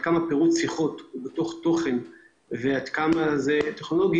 כמה פירוט שיחות הוא תוכן ועד כמה הוא טכנולוגי